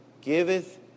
giveth